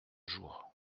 jours